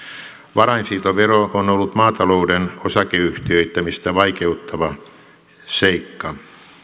varainsiirtovero on ollut maatalouden osakeyhtiöittämistä vaikeuttava seikka